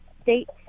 states